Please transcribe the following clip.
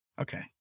okay